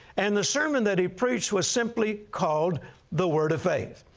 and the sermon that he preached was simply called the word of faith.